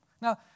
Now